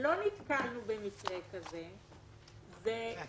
די במידע המיוחד על אותו חשוד ובחשדות